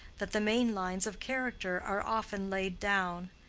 that the main lines of character are often laid down.